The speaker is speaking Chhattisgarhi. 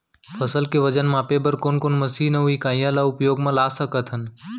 फसल के वजन मापे बर कोन कोन मशीन अऊ इकाइयां ला उपयोग मा ला सकथन?